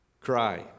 cry